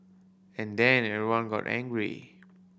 and then everyone got angry